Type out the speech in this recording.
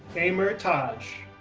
ehmer taj,